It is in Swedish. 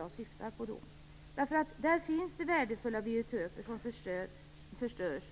Där finns det nämligen värdefulla biotoper som förstörs.